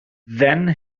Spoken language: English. then